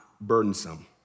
burdensome